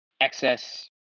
excess